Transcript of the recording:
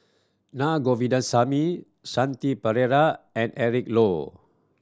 Na Govindasamy Shanti Pereira and Eric Low